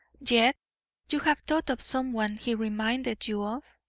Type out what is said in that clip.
yet you have thought of someone he reminded you of?